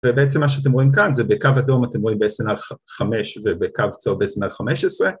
ובעצם מה שאתם רואים כאן זה בקו אדום אתם רואים ב-SNR 5 ובקו צהוב ב-SNR 15